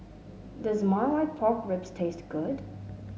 does Marmite Pork Ribs taste good